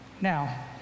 Now